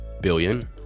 billion